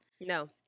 no